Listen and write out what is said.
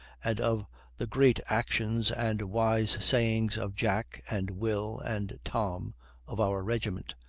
and of the great actions and wise sayings of jack, and will, and tom of our regiment,